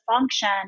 function